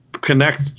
connect